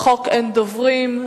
אין דוברים.